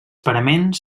paraments